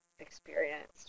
experienced